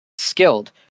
skilled